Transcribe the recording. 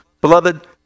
Beloved